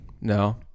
No